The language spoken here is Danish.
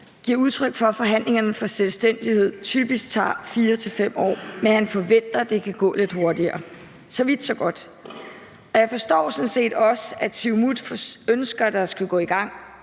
giver udtryk for, at forhandlingerne for selvstændighed typisk tager 4-5 år, men han forventer, det kan gå lidt hurtigere. Så vidt, så godt. Jeg forstår sådan set også, at Siumut ønsker, at det hellere skulle